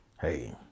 hey